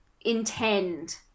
intend